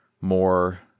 more